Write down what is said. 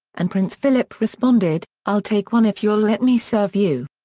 and prince phillip responded, i'll take one if you'll let me serve you.